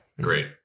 Great